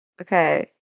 Okay